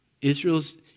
Israel's